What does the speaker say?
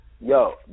Yo